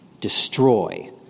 destroy